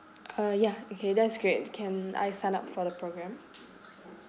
ah ya okay that's great can I sign up for the programme